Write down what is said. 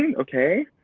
and okay,